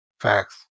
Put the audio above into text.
Facts